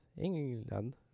England